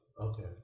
okay